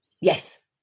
Yes